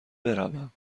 بروم